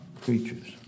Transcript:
creatures